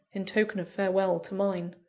in token of farewell to mine?